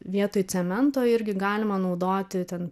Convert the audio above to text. vietoj cemento irgi galima naudoti ten